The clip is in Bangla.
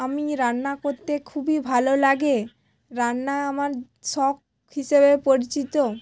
আমি রান্না করতে খুবই ভালো লাগে রান্না আমার শখ হিসেবে পরিচিত